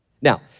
Now